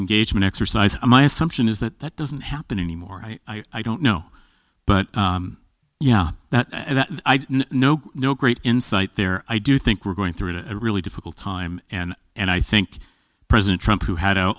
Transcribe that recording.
engagement exercise my assumption is that that doesn't happen anymore i don't know but yeah that i know no great insight there i do think we're going through at a really difficult time and and i think president trump who had a